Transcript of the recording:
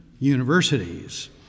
universities